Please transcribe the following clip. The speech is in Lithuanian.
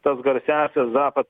tas garsiąsias zapad